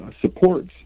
supports